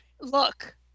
Look